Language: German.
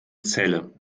celle